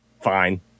fine